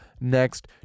next